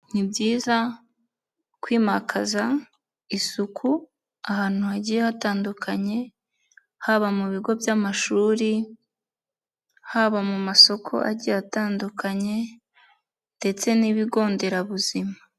Ni byiza kwimakaza isuku ahantu hagiye hatandukanye haba mu bigo by'amashuri, haba mu masoko agiye atandukanye ndetse n'ibigo nderabuzima.